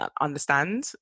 understand